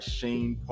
Shane